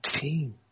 team